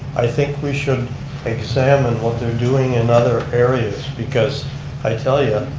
i think we should examine what they're doing in other areas. because i tell you,